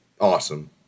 awesome